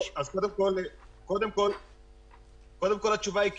קודם כל התשובה היא כן,